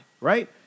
right